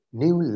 new